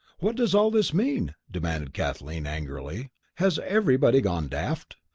what does all this mean? demanded kathleen, angrily. has everybody gone daft?